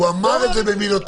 הוא אמר את זה במילותיו.